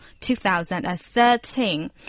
2013